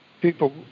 people